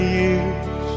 years